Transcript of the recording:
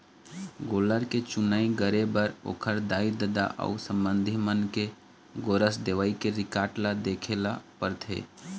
गोल्लर के चुनई करे बर ओखर दाई, ददा अउ संबंधी मन के गोरस देवई के रिकार्ड ल देखे ल परथे